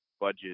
budget